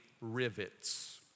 rivets